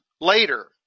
later